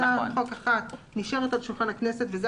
הצעת חוק אחת נשארת על שולחן הכנסת וזה